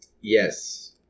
Yes